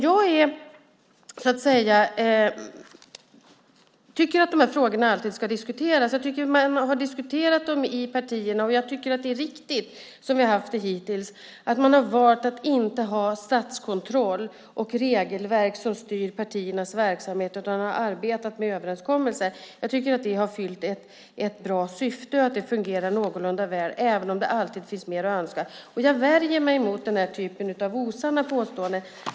Jag tycker att dessa frågor alltid ska diskuteras, och jag tycker att man har diskuterat dem i partierna. Jag tycker också att det är riktigt som vi haft det hittills: att inte ha statskontroll och regelverk som styr partiernas verksamhet utan i stället arbeta med överenskommelser. Jag tycker att det har fyllt ett bra syfte och fungerar någorlunda väl, även om det alltid finns mer att önska. Jag värjer mig också mot osanna påståenden.